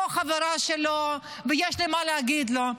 אני לא חברה שלו, ויש לי מה להגיד לו,